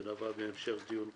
זה נבע מהמשך דיון קודם.